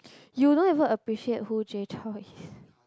you don't even appreciate who Jay-Chou is